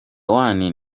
one